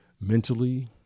Mentally